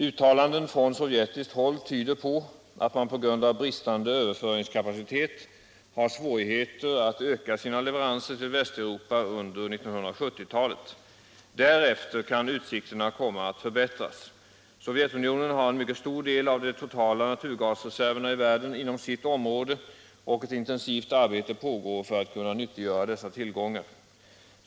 Uttalanden från sovjetiskt håll tyder på att man på grund av bristande överföringskapacitet har svårigheter att öka sina leveranser till Västeuropa under 1970-talet. Därefter kan utsikterna komma att förbättras. Sovjetunionen har en mycket stor del av de totala naturgasreserverna i världen inom sitt område och ett intensivt arbete pågår för att kunna nyttiggöra dessa tillgångar.